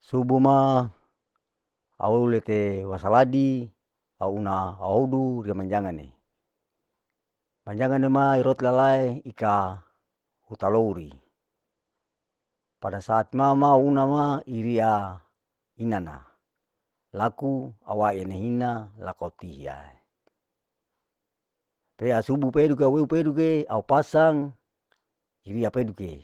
Subu ma au tele wasaladi, au huna au houdu riya manjangane. manjangane irotkalae ika uta louri, pada saat mama unama iria inana, laku awae nehina laku au tiae, pea subu peduke aweu peduke au pasang hiria peduke,